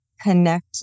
connect